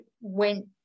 went